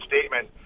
statement